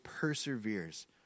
perseveres